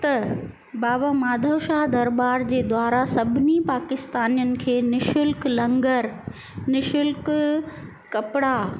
त बाबा माधव शाह दरबार जे द्वारा सभिनी पाकिस्तानियुनि खे निशुल्क लंगरु निशुल्क कपिड़ा